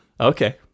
Okay